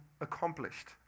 accomplished